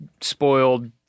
spoiled